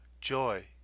joy